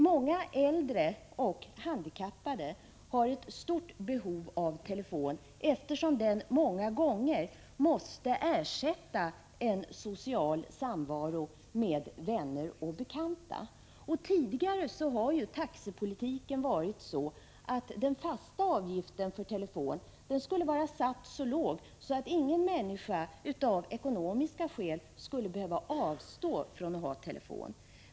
Många äldre och handikappade har ett stort behov av telefon, eftersom telefonen många gånger måste ersätta en social samvaro med vänner och bekanta. Tidigare har taxepolitiken varit sådan att den fasta avgiften för telefon skulle vara satt så låg att ingen människa av ekonomiska skäl skulle behöva avstå från att ha telefon.